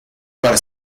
para